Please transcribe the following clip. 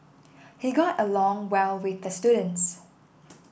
he got along well with the students